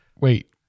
Wait